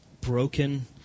broken